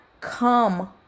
come